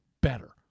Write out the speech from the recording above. better